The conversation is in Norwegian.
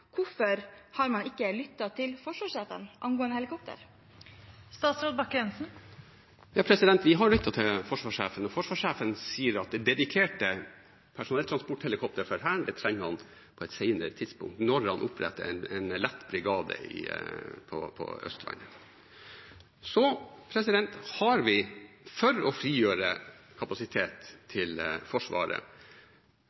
Hvorfor har man ikke lyttet til forsvarssjefen angående helikopter? Vi har lyttet til forsvarssjefen, og forsvarssjefen sier at dedikerte personelltransporthelikoptre for Hæren trenger han på et senere tidspunkt, når han oppretter en lett brigade på Østlandet. Så har vi, for å frigjøre kapasitet